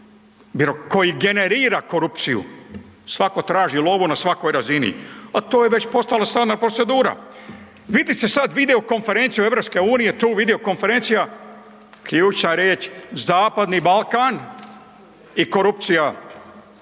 koji generira korupciju. Svako traži lovu na svakoj razini, a to je već postala stalna procedura. Vidjeli ste sada video konferenciju EU, ključna riječ Zapadni Balkan i korupcija,